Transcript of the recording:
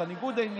את ניגוד העניינים,